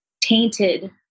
tainted